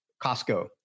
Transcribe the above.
Costco